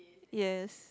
yes